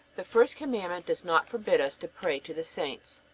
the first commandment does not forbid us to pray to the saints.